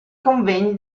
convegni